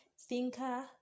thinker